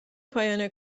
پایان